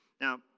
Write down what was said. Now